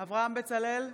אברהם בצלאל,